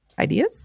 Ideas